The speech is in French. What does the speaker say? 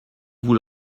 vous